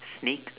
sneak